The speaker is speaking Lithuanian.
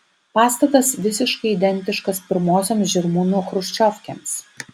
pastatas visiškai identiškas pirmosioms žirmūnų chruščiovkėms